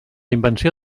invenció